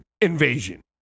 invasion